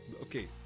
okay